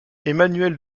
emmanuelle